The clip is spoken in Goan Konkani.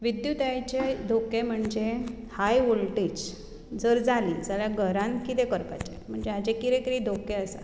विद्युततायेचे धोके म्हणजे हाय वोलटेज जर जाली जाल्यार घरांत कितें करपाचें म्हणजें हाचे कितें कितें धोके आसात